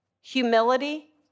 Humility